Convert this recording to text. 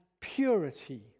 purity